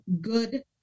good